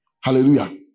Hallelujah